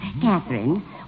Catherine